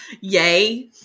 Yay